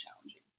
challenging